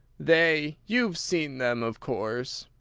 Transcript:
they you've seen them, of course?